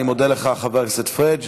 אני מודה לך, חבר הכנסת פריג'.